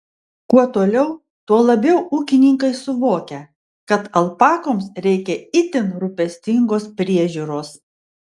kuo toliau tuo labiau ūkininkai suvokia kad alpakoms reikia itin rūpestingos priežiūros